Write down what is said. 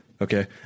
Okay